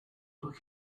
look